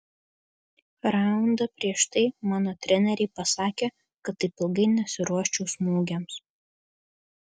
raundą prieš tai mano treneriai pasakė kad taip ilgai nesiruoščiau smūgiams